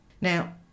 Now